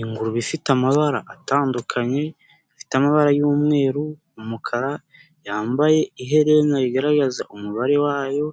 Ingurube ifite amabara atandukanye ifite amabara y'umweru, umukara yambaye iherena rigaragaza umubare wayo,